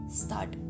start